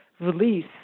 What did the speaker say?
release